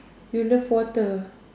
you love water